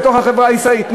בתוך החברה הישראלית.